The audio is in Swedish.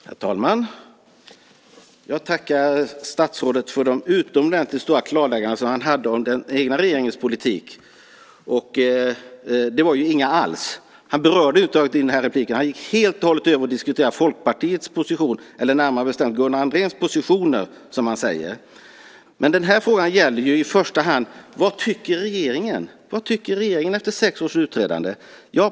Herr talman! Jag tackar statsrådet för de utomordentligt stora klarlägganden han gjorde om den egna regeringens politik. Det var inga alls. Han berörde över huvud taget inte det i det här inlägget. Han gick helt och hållet över till att diskutera Folkpartiets position, eller närmare bestämt Gunnar Andréns positioner, som han säger. Frågan gäller i första hand vad regeringen tycker. Vad tycker regeringen efter sex års utredande?